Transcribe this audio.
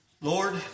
Lord